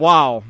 Wow